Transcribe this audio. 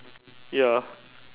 ya